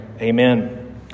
Amen